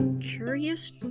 Curious